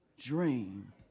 Dream